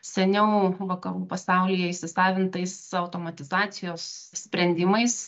seniau vakarų pasaulyje įsisavintais automatizacijos sprendimais